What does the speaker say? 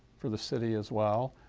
for the city as well.